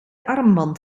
armband